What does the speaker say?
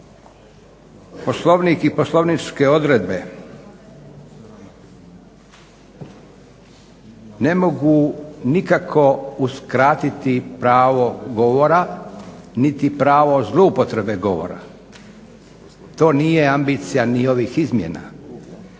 Poslovnik i poslovničke odredbe ne mogu nikako uskratiti pravo govora niti pravo zloupotrebe govora. To nije ambicija ni ovih izmjena.